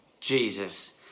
Jesus